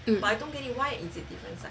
um